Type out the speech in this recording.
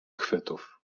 chwytów